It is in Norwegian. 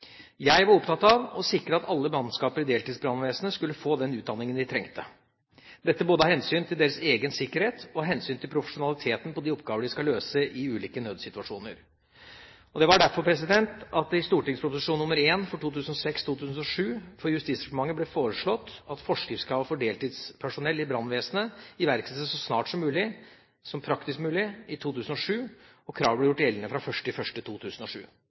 Jeg var opptatt av å sikre at alle mannskaper i deltidsbrannvesenet skulle få den utdanningen de trengte, dette både av hensyn til deres egen sikkerhet og av hensyn til profesjonaliteten på de oppgaver de skal løse i ulike nødssituasjoner. Derfor ble det i St.prp. nr. 1 for 2006–2007 for Justisdepartementet foreslått at forskriftskravet for deltidspersonell i brannvesenet iverksettes så snart som praktisk mulig i 2007, og kravet ble gjort gjeldende fra 1. januar 2007.